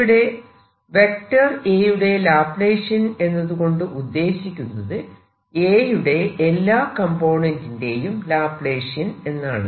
ഇവിടെ vector A യുടെ laplacian എന്നതുകൊണ്ട് ഉദ്ദേശിക്കുന്നത് A യുടെ എല്ലാ കംപോണന്റിന്റെയും ലാപ്ലാഷിയൻ എന്നാണ്